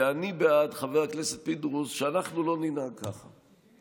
ואני בעד, חבר הכנסת פינדרוס, שאנחנו לא ננהג כך.